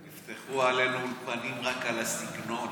הם יפתחו עלינו אולפנים רק על הסגנון,